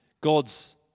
God's